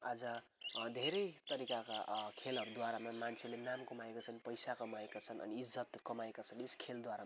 आज धेरै तरिकाका अँ खेलहरूद्वारामा मान्छेहरूले नाम कमाएका छन् पैसा कमाएका छन् अनि इज्जत कमाएका छन् यस खेलद्वारामा